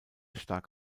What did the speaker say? stark